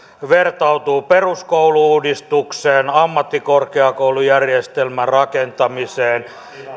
vertautuu peruskoulu uudistukseen ammattikorkeakoulujärjestelmän rakentamiseen